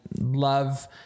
love